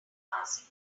passing